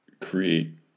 create